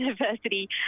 university